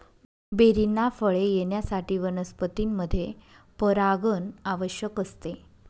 बेरींना फळे येण्यासाठी वनस्पतींमध्ये परागण आवश्यक असते